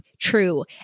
true